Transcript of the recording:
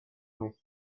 nicht